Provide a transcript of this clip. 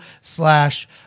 slash